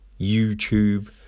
YouTube